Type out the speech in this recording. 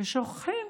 ושוכחים